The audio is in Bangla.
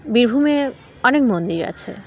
বীরভূমে অনেক মন্দির আছে